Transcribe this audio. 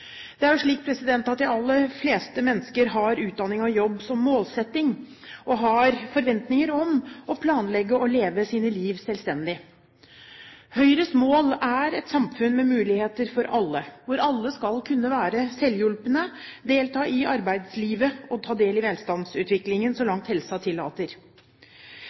Det er jo slik at de aller fleste mennesker har utdanning og jobb som målsetting, og har forventninger om å planlegge og leve sine liv selvstendig. Høyres mål er et samfunn med muligheter for alle, hvor alle skal kunne være selvhjulpne, delta i arbeidslivet og ta del i velstandsutviklingen så langt helsen tillater